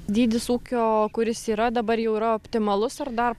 dydis ūkio kuris yra dabar jau yra optimalus ar dar